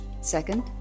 Second